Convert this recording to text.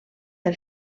del